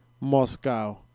moscow